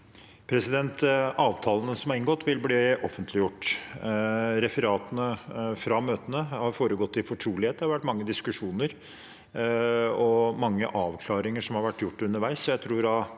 Avtalene som er inngått, vil bli offentliggjort. Møtene har foregått i fortrolighet, og det har vært mange diskusjoner og mange avklaringer som har vært gjort underveis.